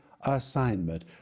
assignment